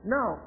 Now